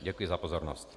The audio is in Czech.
Děkuji za pozornost.